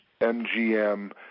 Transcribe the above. MGM